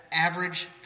average